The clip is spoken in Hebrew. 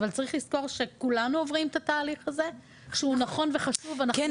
אבל צריך לזכור שכולנו עוברים את התהליך הזה כשהוא נכון וחשוב -- כן,